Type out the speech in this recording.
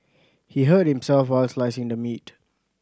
he hurt himself while slicing the meat